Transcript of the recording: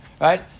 right